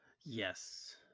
Yes